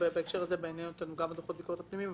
מעניינים אותנו דוחות הביקורת הפנימיים,